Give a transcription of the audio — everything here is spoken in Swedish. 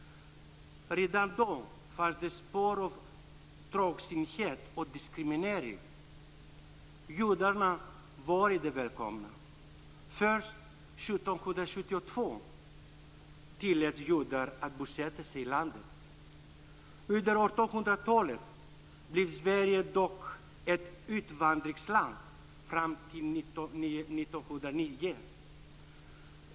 Redan då fanns det spår av trångsynthet och diskriminering. Judarna var inte välkomna. Först 1772 tilläts judar att bosätta sig i landet. Under 1800-talet blev Sverige dock ett utvandringsland fram till 1909.